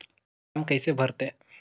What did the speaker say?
Form कइसे भरते?